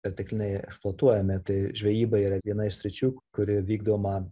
pertekliniai eksploatuojami tai žvejyba yra viena iš sričių kuri vykdoma